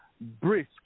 brisk